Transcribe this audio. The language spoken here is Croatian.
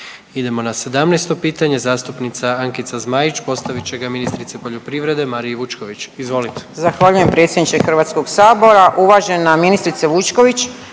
Idemo na 17. pitanje zastupnica Ankica Zmaić postavit će ga ministrici poljoprivrede Mariji Vučković, izvolite. **Zmaić, Ankica (HDZ)** Zahvaljujem predsjedniče HS. Uvažena ministrice Vučković,